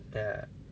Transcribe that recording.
ya